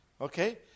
Okay